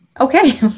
Okay